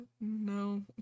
No